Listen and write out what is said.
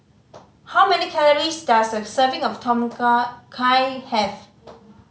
how many calories does a serving of Tom Kha Kai have